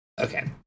okay